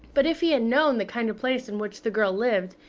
but if he had known the kind of place in which the girl lived,